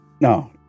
no